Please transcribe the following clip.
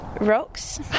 Rocks